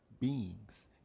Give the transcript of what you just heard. beings